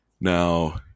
Now